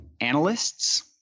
analysts